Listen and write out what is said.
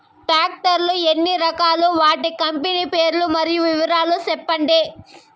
Tractor లు ఎన్ని రకాలు? వాటి కంపెని పేర్లు మరియు వివరాలు సెప్పండి?